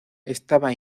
estaba